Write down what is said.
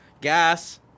gas